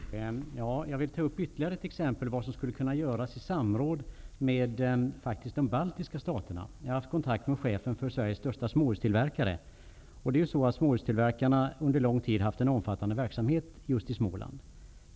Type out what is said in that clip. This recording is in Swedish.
Herr talman! Jag vill ta upp ytterligare ett exempel, och det är vad som skulle kunna göras i samråd med de baltiska staterna. Jag har haft kontakt med chefen för Sveriges största småhustillverkare. Det är ju så att småhustillverkarna under lång tid haft en omfattande verksamhet just i Småland.